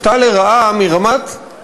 אומר לך שלפעמים אני מופתע לרעה מרמת הנימוקים,